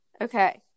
Okay